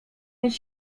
mieć